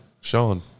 Sean